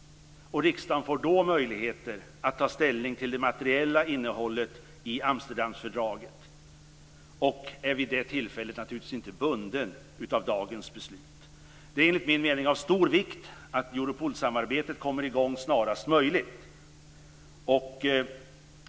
Riksdagen får då möjligheter att ta ställning till det materiella innehållet i Amsterdamfördraget. Vid det tillfället är riksdagen naturligtvis inte bunden av dagens beslut. Enligt min mening är det av stor vikt att Europolsamarbetet kommer i gång snarast möjligt.